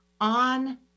on